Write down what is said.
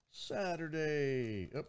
Saturday